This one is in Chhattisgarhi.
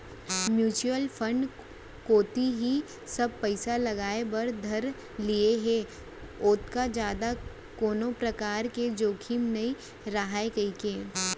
म्युचुअल फंड कोती ही सब पइसा लगाय बर धर लिये हें ओतका जादा कोनो परकार के जोखिम नइ राहय कहिके